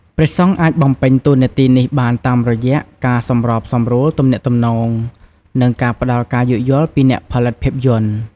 ព្រះសង្ឃអាចបំពេញតួនាទីនេះបានតាមរយៈ ការសម្របសម្រួលទំនាក់ទំនង និងការផ្ដល់ការយោគយល់ពីអ្នកផលិតភាពយន្ត។